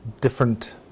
different